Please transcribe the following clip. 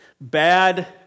bad